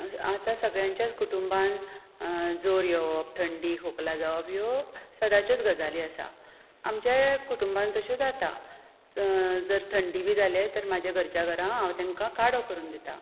आतां सगळ्यांच्याच कुटुंबान जोर येवप थंडी खोकली जावप ह्यो सदांचेच गजाली आसा आमचेय कुटुंबात तशें जाता जर थंडी बी जाल्यार तर म्हज्या घरच्या घरा हांव तांकां काडो करून दितां